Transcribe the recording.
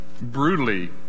brutally